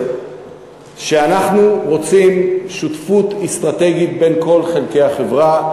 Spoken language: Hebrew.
שאנחנו רוצים שותפות אסטרטגית בין כל חלקי החברה,